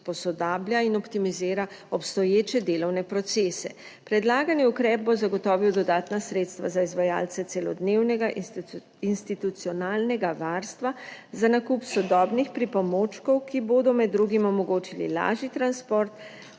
posodablja in optimizira obstoječe delovne procese. Predlagani ukrep bo zagotovil dodatna sredstva za izvajalce celodnevnega institucionalnega varstva za nakup sodobnih pripomočkov, ki bodo med drugim omogočili lažji transport,